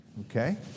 okay